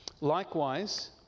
Likewise